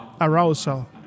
arousal